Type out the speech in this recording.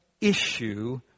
issue